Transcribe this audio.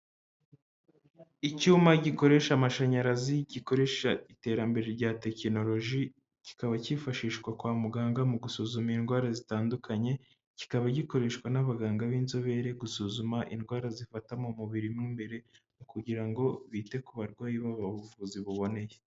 Icyuma gikoresha amashanyarazi, gikoresha iterambere rya tekinoloji, kikaba cyifashishwa kwa muganga mu gusuzuma indwara zitandukanye, kikaba gikoreshwa n'abaganga b'inzobere, gusuzuma indwara zifata mu mubiri mo imbere, mu kugira ngo bite ku barwayi babaha ubuvuzi buboneye.